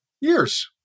years